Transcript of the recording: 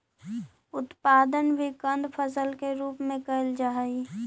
उत्पादन भी कंद फसल के रूप में कैल जा हइ